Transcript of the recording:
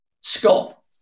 Scott